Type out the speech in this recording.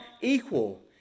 equal